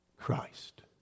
Christ